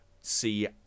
see